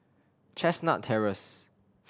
Chestnut Terrace